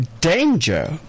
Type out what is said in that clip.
danger